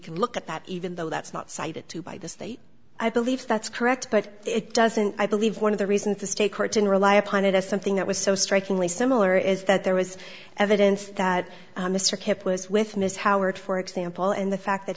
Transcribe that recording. can look at that even though that's not cited to by the state i believe that's correct but it doesn't i believe one of the reasons the state court didn't rely upon it as something that was so strikingly similar is that there was evidence that mr kemp was with miss howard for example and the fact that